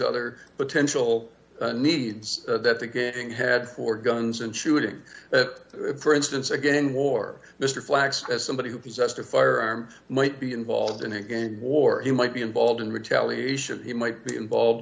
other potential needs that the getting had for guns and shooting for instance again war mister flaks as somebody who possessed a firearm might be involved in a gang war he might be involved in retaliation he might be involved